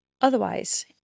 Otherwise